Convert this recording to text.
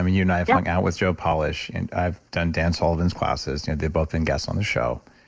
i mean, you and i have hung out with joe polish and i've done dan sullivan's classes. they've both been and guests on the show.